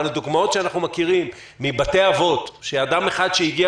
אבל הדוגמאות שאנחנו מכירים מבתי אבות שבהן אדם אחד הגיע